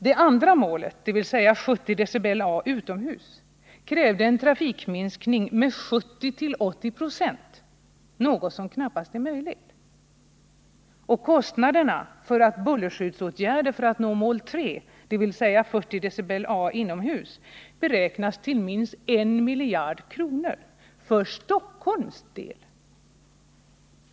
Mål 2, dvs. 70 dBA utomhus, krävde en trafikminskning med 70-80 26, något som knappast är möjligt. Kostnaderna för bullerskyddsåtgärder för att nå mål 3, dvs. 40 dBA inomhus, beräknades till minst 1 miljard kronor för Stockholms del.